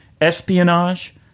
espionage